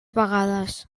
vegades